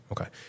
okay